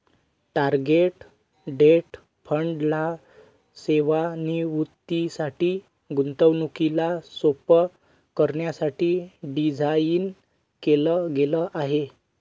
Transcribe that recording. target date fund ला सेवानिवृत्तीसाठी, गुंतवणुकीला सोप्प करण्यासाठी डिझाईन केल गेल आहे